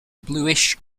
bluish